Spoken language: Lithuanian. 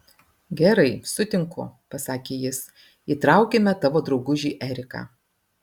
gerai sutinku pasakė jis įtraukime tavo draugužį eriką